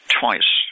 twice